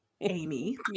Amy